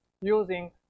using